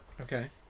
Okay